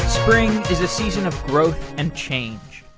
spring is a season of growth and change.